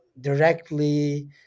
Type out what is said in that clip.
directly